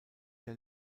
der